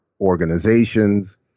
organizations